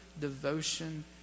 devotion